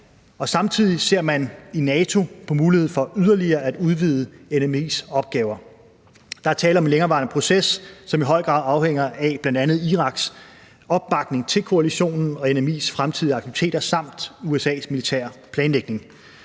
samtidig ser man i NATO på muligheden for yderligere at udvide NMI's opgaver. Der er tale om en længerevarende proces, som i høj grad afhænger af bl.a. Iraks opbakning til koalitionen og NMI's fremtidige aktiviteter samt USA's militære planlægning.